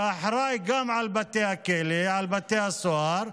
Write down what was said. שאחראי גם על בתי הכלא, על בתי הסוהר,